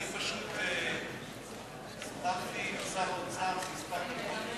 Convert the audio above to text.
אני פשוט שוחחתי עם שר האוצר כמה דקות